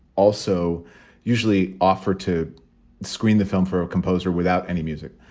also usually offer to screen the film for a composer without any music,